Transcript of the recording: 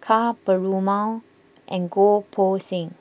Ka Perumal and Goh Poh Seng